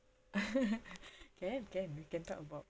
can can we can talk about